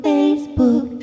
Facebook